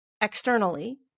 externally